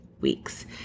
weeks